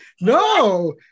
No